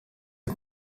een